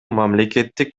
мамлекеттик